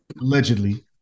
Allegedly